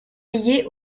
liés